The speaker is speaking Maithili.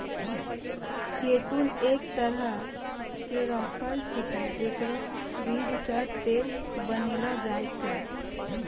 जैतून एक तरह केरो फल छिकै जेकरो बीज सें तेल बनैलो जाय छै